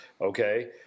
okay –